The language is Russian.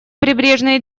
прибрежные